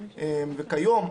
כיום,